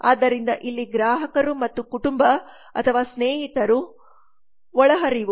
ಆದ್ದರಿಂದ ಇಲ್ಲಿ ಗ್ರಾಹಕರು ಮತ್ತು ಕುಟುಂಬ ಅಥವಾ ಸ್ನೇಹಿತರು ಒಳಹರಿವು